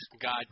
God